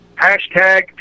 hashtag